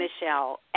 Michelle